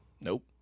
Nope